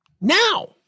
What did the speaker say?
Now